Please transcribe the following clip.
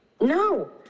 No